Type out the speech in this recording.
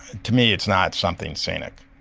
to me, it's not something scenic.